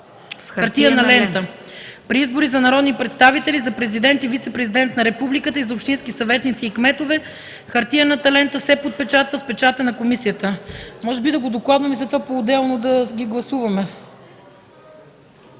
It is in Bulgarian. с хартиена лента. При избори за народни представители, за президент и вицепрезидент на републиката и за общински съветници и кметове хартиената лента се подпечатва с печата на комисията.” Може би да го докладвам и след това поотделно да ги гласуваме.